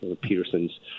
Peterson's